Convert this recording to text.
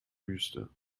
wüste